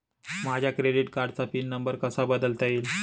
माझ्या क्रेडिट कार्डचा PIN number कसा बदलता येईल?